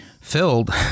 filled